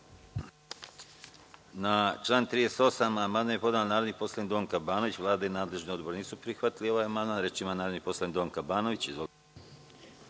Na član 38. amandman je podnela narodni poslanik Donka Banović. Vlada i nadležni odbor nisu prihvatili ovaj amandman. Reč ima narodni poslanik Donka Banović.